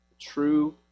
true